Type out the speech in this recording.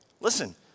Listen